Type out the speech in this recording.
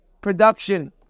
production